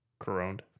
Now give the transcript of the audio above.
Coroned